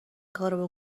کارو